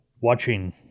watching